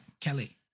Kelly